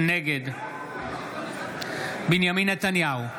נגד בנימין נתניהו,